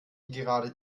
gerade